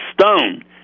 stone